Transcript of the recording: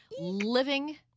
Living